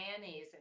mayonnaise